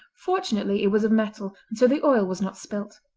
fortunately it was of metal, and so the oil was not spilt.